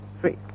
three